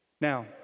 now